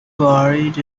buried